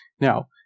Now